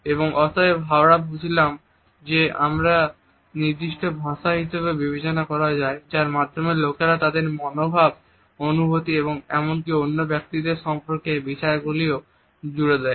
এবং অতএব হাওড়া বুঝলাম যে এটিকে একটি নিঃশব্দ ভাষা হিসাবেও বিবেচনা করা হয় যার মাধ্যমে লোকেরা তাদের মনোভাব অনুভূতি এবং এমনকি অন্য ব্যক্তিদের সম্পর্কে বিচারগুলিও জুড়ে দেয়